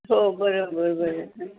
हो बरोबर बरोबर